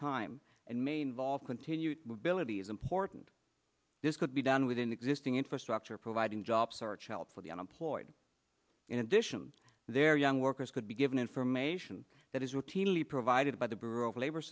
time and may involve continued bill it is important this could be done within existing infrastructure providing job search help for the unemployed in addition their young workers could be given information that is routinely provided by the bureau of labor